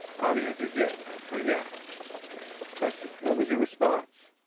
bobby answers yes, or yeah question what was your response?